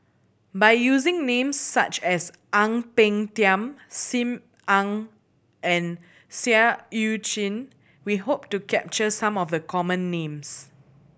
by using names such as Ang Peng Tiam Sim Ann and Seah Eu Chin we hope to capture some of the common names